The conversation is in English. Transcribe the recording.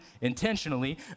intentionally